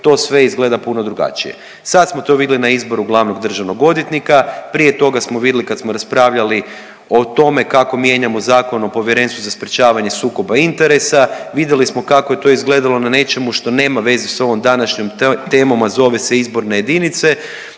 to sve izgleda puno drugačije. Sad smo to vidjeli na izboru glavnog državnog odvjetnika, prije toga smo vidjeli kad smo raspravljali o tome kako mijenjamo Zakon o Povjerenstvu za sprječavanje sukoba interesa, vidjeli smo kako je to izgledalo na nečemu što nema veze s ovom današnjom temom, a zove se izborne jedinice,